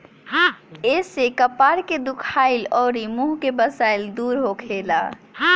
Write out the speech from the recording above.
एसे कपार के दुखाइल अउरी मुंह के बसाइल दूर होखेला